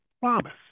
promise